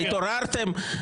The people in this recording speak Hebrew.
התעוררתם?